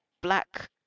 black